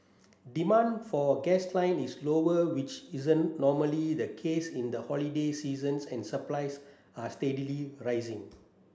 demand for gasoline is lower which isn't normally the case in the holiday seasons and supplies are steadily rising